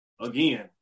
Again